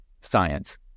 science